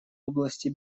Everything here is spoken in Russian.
области